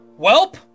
Welp